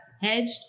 hedged